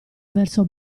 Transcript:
verso